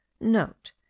Note